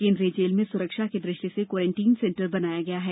केन्द्रीय जेल में सुरक्षा की दृष्टि से क्वॉरेंटाइन सेंटर बनाया गया है